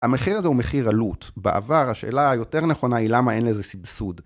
המחיר הזה הוא מחיר עלות, בעבר השאלה היותר נכונה היא למה אין לזה סבסוד